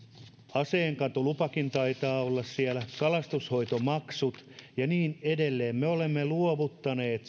aseenkantolupakin taitaa olla siellä kalastushoitomaksut ja niin edelleen me olemme luovuttaneet